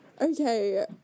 okay